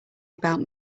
about